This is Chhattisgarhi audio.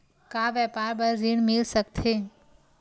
का व्यापार बर ऋण मिल सकथे?